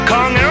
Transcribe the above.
Kong